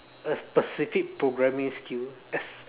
a specific programming skill